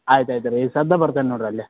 ಆಯ್ತು ಆಯ್ತು ರೀ ಈಗ ಸದ್ಯ ಬರ್ತೇನೆ ನೋಡಿರಿ ಅಲ್ಲೇ